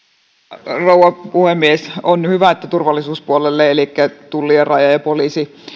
arvoisa rouva puhemies on hyvä että turvallisuuspuoli elikkä tulli raja ja poliisi